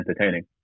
entertaining